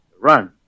Run